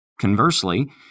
Conversely